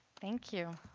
thank you